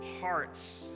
hearts